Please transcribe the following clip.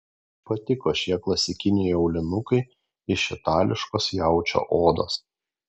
patiko šie klasikiniai aulinukai iš itališkos jaučio odos